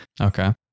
Okay